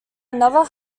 another